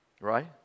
Right